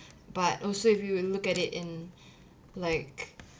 but also if you look at it in like